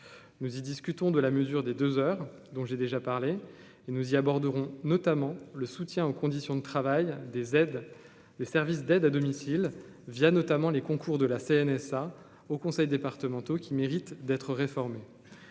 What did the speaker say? nous y discutons de la mesure des deux heures dont j'ai déjà parlé et nous y aborderont notamment le soutien aux conditions de travail des aides, les services d'aide à domicile via notamment les concours de la CNSA aux conseils départementaux qui mérite d'être réformé.